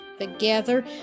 Together